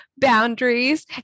boundaries